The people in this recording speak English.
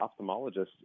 ophthalmologist